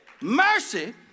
Mercy